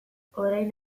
orain